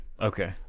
Okay